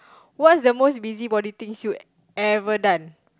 what's the most busybody thing she would ever done